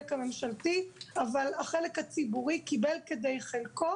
הממשלתי - אבל החלק הציבורי קיבל כדי חלקו.